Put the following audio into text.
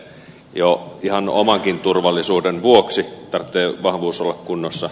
jo ihan omankin turvallisuuden vuoksi täytyy vahvuuden olla kunnossa